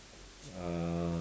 uh